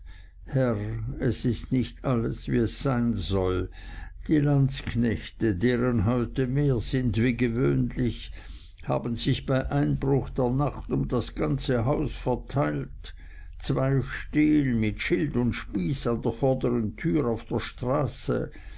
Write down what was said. es ist nicht alles wie es sein soll die landsknechte deren heute mehr sind wie gewöhnlich haben sich bei einbruch der nacht um das ganze haus verteilt zwei stehen mit schild und spieß an der vordern tür auf der straße